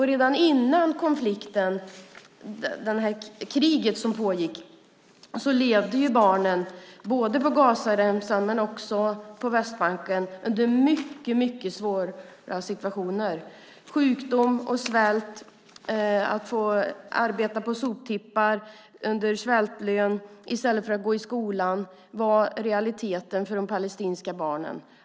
Redan före kriget levde barnen både på Gazaremsan och på Västbanken under mycket svåra situationer med sjukdom och svält. Att få arbeta på soptippar till svältlön i stället för att gå i skolan var realiteten för de palestinska barnen.